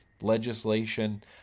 legislation